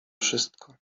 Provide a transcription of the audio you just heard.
wszystko